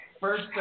First